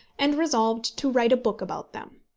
and resolved to write a book about them.